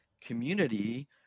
community